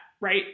right